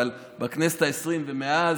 אבל בכנסת העשרים ומאז,